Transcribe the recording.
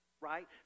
right